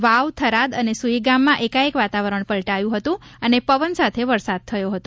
વાવ થરાદ અને સુઇગામમાં એકાએક વાતાવરણ પલટાયું હતું અને પવન સાથે વરસાદ થયો હતો